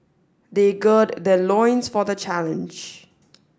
they gird their loins for the challenge